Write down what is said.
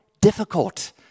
difficult